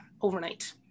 overnight